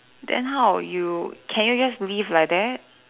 then how you can you just leave like that